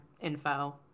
info